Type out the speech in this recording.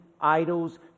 idols